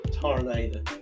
tornado